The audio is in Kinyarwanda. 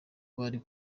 bari